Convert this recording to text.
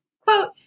quote